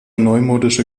neumodische